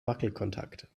wackelkontakt